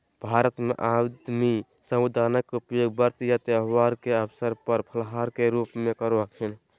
भारत में आदमी साबूदाना के उपयोग व्रत एवं त्यौहार के अवसर पर फलाहार के रूप में करो हखिन